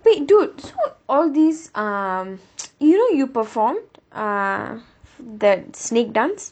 wait dude so all these um you know you performed uh that snake dance